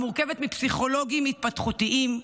המורכבת מפסיכולוגים התפתחותיים,